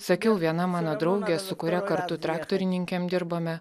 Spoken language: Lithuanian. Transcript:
sakiau viena mano draugė su kuria kartu traktorininkėm dirbome